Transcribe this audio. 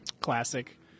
Classic